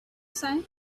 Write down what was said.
say